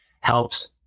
helps